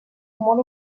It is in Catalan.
molt